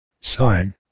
Sign